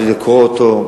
בלי לקרוא אותו,